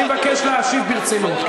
אני מבקש להשיב ברצינות.